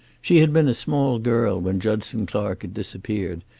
she had been a small girl when judson clark had disappeared,